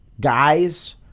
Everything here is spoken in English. guys